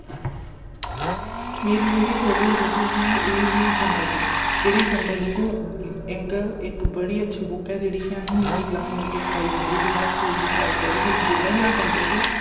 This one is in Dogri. मेरी जेह्ड़ी फेवरट बुक ही ओह् ही जंगल बुक जेह्ड़ी जंगल बुक इक इक बड़ी अच्छी बुक ऐ जेह्ड़ी असेंगी निक्की क्लासै बिच्च सखाई जंदी ही जिसलै अस स्कूल च लाइब्रेरी च जिसलै बी जंदे हे